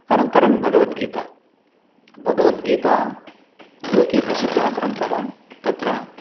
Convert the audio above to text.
अनन्तरं भगवद्गीता भगवद्गीता लोके प्रसिद्दः ग्रन्थः तत्र